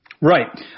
Right